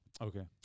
Okay